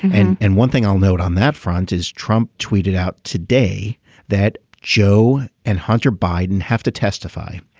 and and one thing i'll note on that front is trump tweeted out today that joe and hunter biden have to testify.